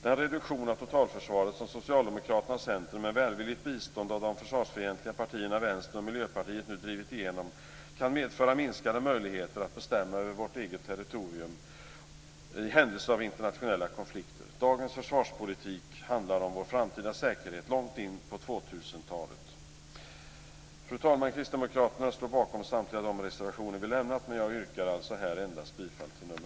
Den reduktion av totalförsvaret som Socialdemokraterna och Centern med välvilligt bistånd av de försvarsfientliga partierna Vänstern och Miljöpartiet nu drivit igenom kan medföra minskade möjligheter att bestämma över vårt eget territorium i händelse av internationella konflikter. Dagens försvarspolitik handlar om vår framtida säkerhet - långt in på 2000-talet. Fru talman! Kristdemokraterna står bakom samtliga de reservationer vi lämnat, men jag yrkar här bifall endast till nr 2.